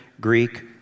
Greek